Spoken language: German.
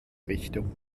richtung